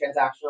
transactional